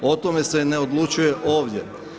O tome se ne odlučuje ovdje.